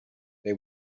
they